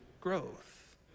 growth